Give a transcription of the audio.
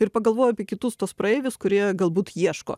ir pagalvojo apie kitus tuos praeivius kurie galbūt ieško